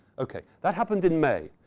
ok. that happened in may.